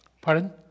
Pardon